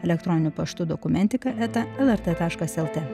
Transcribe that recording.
elektroniniu paštu dokumentiką eta taškas lt